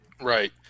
Right